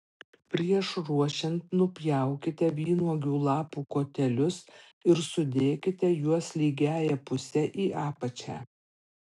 prieš ruošiant nupjaukite vynuogių lapų kotelius ir sudėkite juos lygiąja puse į apačią